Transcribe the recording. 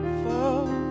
fall